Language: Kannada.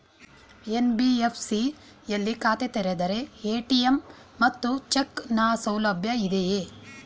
ಎನ್.ಬಿ.ಎಫ್.ಸಿ ಯಲ್ಲಿ ಖಾತೆ ತೆರೆದರೆ ಎ.ಟಿ.ಎಂ ಮತ್ತು ಚೆಕ್ ನ ಸೌಲಭ್ಯ ಇದೆಯಾ?